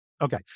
okay